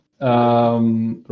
right